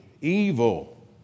Evil